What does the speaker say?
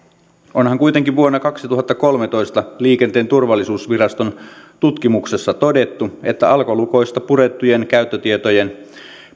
onhan kuitenkin vuonna kaksituhattakolmetoista liikenteen turvallisuusviraston tutkimuksessa todettu että alkolukoista purettujen käyttötietojen